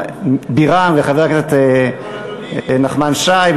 בירן וחבר הכנסת נחמן שי,